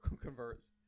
Converts